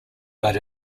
but